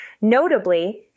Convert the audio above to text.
Notably